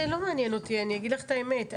מעניין אותי, אני אגיד לך את האמת.